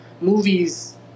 movies